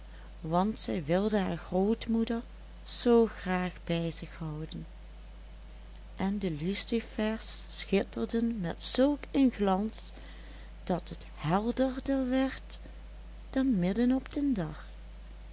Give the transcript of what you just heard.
want zij wilde haar grootmoeder zoo graag bij zich houden en de lucifers schitterden met zulk een glans dat het helderder werd dan midden op den dag